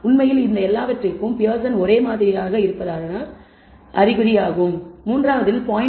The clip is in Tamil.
உண்மையில் இந்த எல்லாவற்றிற்கும் பியர்சன் ஒரே மாதிரியாக இருப்பதற்கான அறிகுறியாகும் மூன்றாவதில் 0